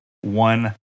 one